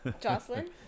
Jocelyn